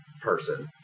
person